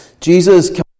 Jesus